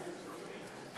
הם לוקחים,